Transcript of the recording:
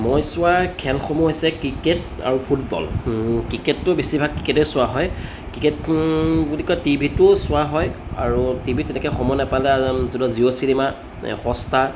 মই চোৱা খেলসমূহ হৈছে ক্ৰিকেট আৰু ফুটবল ক্ৰিকেটটো বেছিভাগ ক্ৰিকেটেই চোৱা হয় ক্ৰিকেট বুলি কয় টিভিতো চোৱা হয় আৰু টিভিত তেনেকৈ সময় নাপালে যোনটো জিঅ' চিনেমা হট ষ্টাৰ